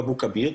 ואבו כביר,